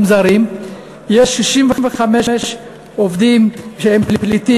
זרים יש 65,000 עובדים שהם פליטים,